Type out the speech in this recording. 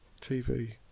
TV